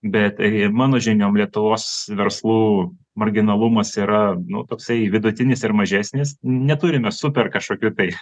bet ir ir mano žiniom lietuvos verslų mariginalumas yra nu toksai vidutinis ir mažesnis neturime super kažkokių tai